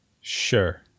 Sure